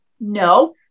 No